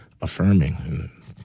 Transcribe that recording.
affirming